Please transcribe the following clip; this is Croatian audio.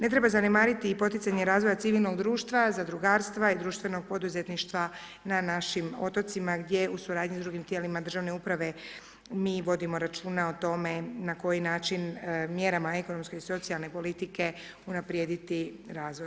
Ne treba zanemariti i poticanje razvoja civilnog društva, zadrugarstva i društvenog poduzetništva na našim otocima gdje u suradnji s drugim tijelima državne uprave mi vodimo računa o tome na koji način mjerama ekonomske i socijalne politike unaprijediti razvoj.